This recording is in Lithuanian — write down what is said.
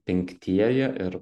penktieji ir